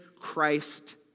Christ